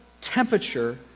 temperature